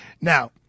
Now